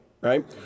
Right